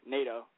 Nato